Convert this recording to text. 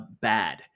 bad